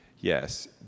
yes